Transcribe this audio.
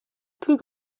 plus